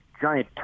giant